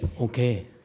okay